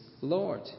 lord